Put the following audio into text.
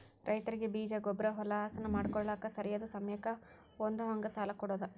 ರೈತರಿಗೆ ಬೇಜ, ಗೊಬ್ಬ್ರಾ, ಹೊಲಾ ಹಸನ ಮಾಡ್ಕೋಳಾಕ ಸರಿಯಾದ ಸಮಯಕ್ಕ ಹೊಂದುಹಂಗ ಸಾಲಾ ಕೊಡುದ